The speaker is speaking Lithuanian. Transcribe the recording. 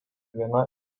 viena